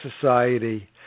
society